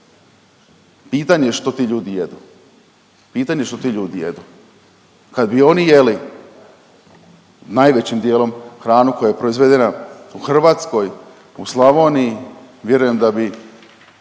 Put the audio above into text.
pitanje je što ti ljudi jedu, pitanje je što ti ljudi jedu. Kad bi oni jeli najvećim dijelom hranu koja je proizvedena u Hrvatskoj, u Slavoniji, vjerujem da bi